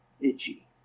itchy